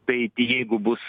tai jeigu bus